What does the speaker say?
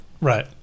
right